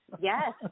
Yes